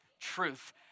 truth